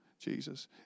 Jesus